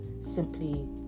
simply